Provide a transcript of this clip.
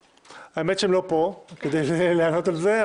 האמת שהם לא פה כדי לענות על זה,